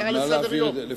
הצעה לסדר-היום.